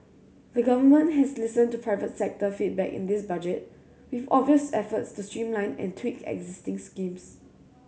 the Government has listened to private sector feedback in this Budget with obvious efforts to streamline and tweak existing schemes